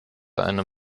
eine